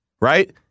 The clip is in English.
Right